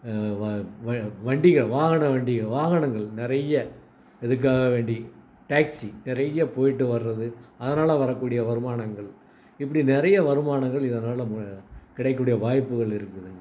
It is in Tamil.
வ வ வண்டிகள் வாகன வண்டிகள் வாகனங்கள் நிறைய இதுக்காக வேண்டி டேக்ஸி நிறைய போய்ட்டு வர்றது அதனால் வரக்கூடிய வருமானங்கள் இப்படி நிறைய வருமானங்கள் இதனால் ம கிடைக்கக்கூடிய வாய்ப்புகள் இருக்குதுங்க